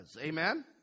Amen